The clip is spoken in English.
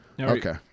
Okay